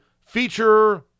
feature